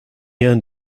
earned